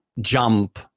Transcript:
jump